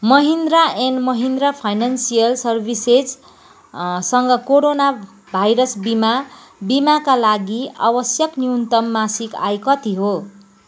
Mahindra and Mahindra financial services सँग corona virus बिमा बिमाका लागि आवश्यक न्यूनतम मासिक आय कति हो